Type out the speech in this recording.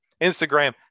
Instagram